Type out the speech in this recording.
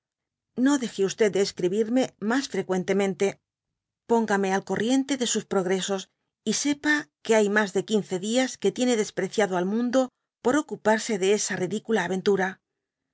no deje de escribirme mas freqüentemente póngame al corriente de sus progresos y sepa que hay mas de quince dias que tiene despreciado al mundo por ocuparse de esa ridicula aventura